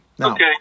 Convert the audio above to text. Okay